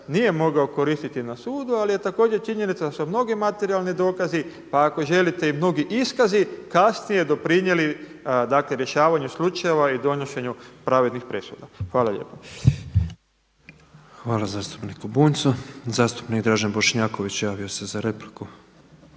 nije mogao koristiti na sudu, ali je također činjenica da su mnogi materijalni dokazi, pa ako želite i mnogi iskazi kasnije doprinijeli rješavanju slučajeva i donošenju pravednih presuda. Hvala lijepo. **Petrov, Božo (MOST)** Hvala zastupniku Bunjcu. Zastupnik Dražen Bošnjaković javio se za repliku.